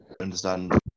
understand